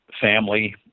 family